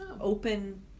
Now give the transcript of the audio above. open